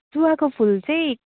चुवाको फुल चाहिँ